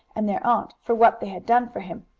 and their aunt, for what they had done for him,